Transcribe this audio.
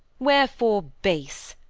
wherefore base,